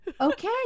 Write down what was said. Okay